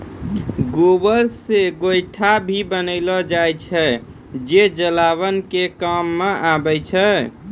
गोबर से गोयठो भी बनेलो जाय छै जे जलावन के काम मॅ आबै छै